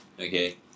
Okay